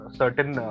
certain